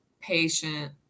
patient